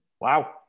Wow